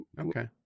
okay